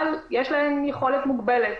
אבל יש להן יכולת מוגבלת.